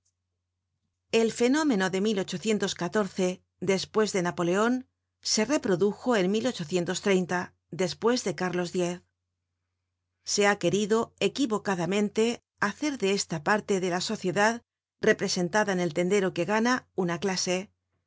el fenómeno de despues de napoleon se reprodujo en despues de carlos x se ha querido equivocadamente hacer de esa parte de la sociedad representada en el tendero que gana una clase